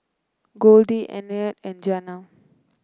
Goldie Antonette and Jana